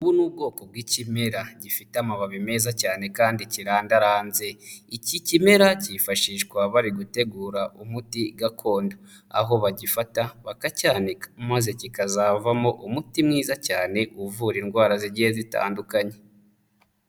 Ubu ni ubwoko bw'ikimera gifite amababi meza cyane kandi kirandaranze, iki kimera cyifashishwa bari gutegura umuti gakondo, aho bagifata bakacyanika maze kikazavamo umuti mwiza cyane, uvura indwara zigiye zitandukanye.